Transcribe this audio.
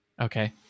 Okay